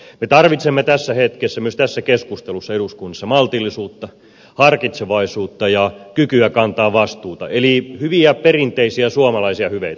me tarvitsemme tässä hetkessä myös tässä keskustelussa eduskunnassa maltillisuutta harkitsevaisuutta ja kykyä kantaa vastuuta eli hyviä perinteisiä suomalaisia hyveitä